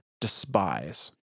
despise